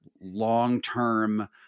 long-term